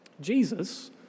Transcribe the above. Jesus